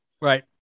Right